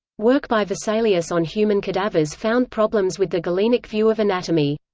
work by vesalius on human cadavers found problems with the galenic view of anatomy.